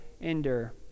endure